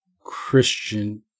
Christian